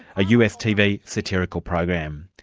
a us tv satirical program.